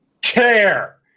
care